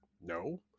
No